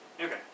Okay